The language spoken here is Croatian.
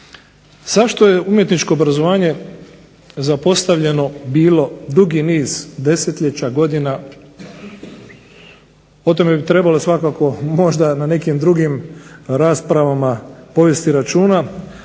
Zašto je umjetničko obrazovanje zapostavljeno bilo dugi niz desetljeća godina o tome bi trebalo svakako na drugim raspravama povesti računa,